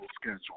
schedule